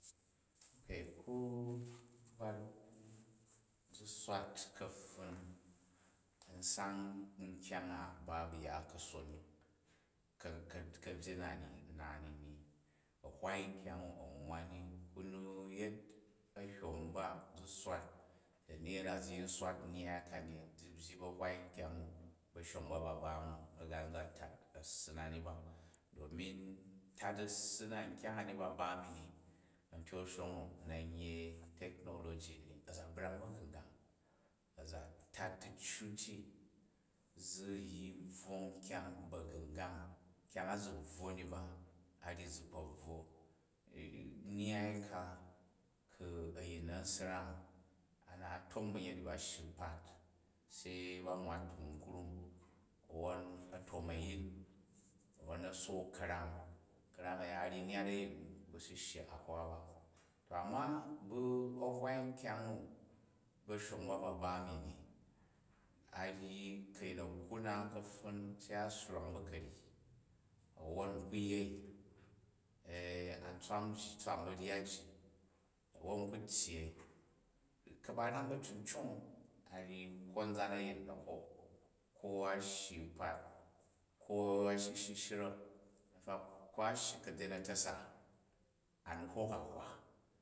Ku bvwa dikwu jhi swat ka̱ptun n sang nkyang a ba ba ya kason ni ka̱byen na ni na ni. A̱hwon nkyang u a nwwa ni ku ni yet ahyom ba ti swat dani ya̱da yu yin swat nnyyai ka ni, hi byyi ba a̱hwai nkyang u̱ ba̱shong ba ba ba mi ni ga̱ ga nza tat a̱ssi na ni ba. Domin tat assi na nkyany ani ba ba mi ni, a̱ntyok a̱nshong u na̱ a yei technology ni, a̱ za brang baga̱ngang, a̱za tat diccu ti, zi nji biwong nkyang ba̱ga̱ngang kying a ti bvwo ni ba, a ryi zi kpe bvwo. Nnyyai ka ka̱ a̱yin a̱n srang ba naat tem ba̱nyet i ba shyi u kpat se ba nnowa tuiy krum, nwon a̱ tom a̱yin, mon na sook ka̱ram, karani aya a̱nyi nyyat a̱yin nu, u bu bi shyi a̱hwa ba. To amma hsa ahwai nkyagh u ba̱shey ba, ba ba nu ni, a ryi ka̱ a̱yin a kra naa kapfun, se a bwray ba ka̱ryi a̱wwon u ihu yer, a tswa baryat ji wwon u kai tyyei, u̱ kabaran tamcary a̱ ryi konzan a̱yin na̱ hik ko a shyi u kpat ko a shyi shikshrek, in fact ko a shyi kabyen a̱ta̱sa ani hik ahwa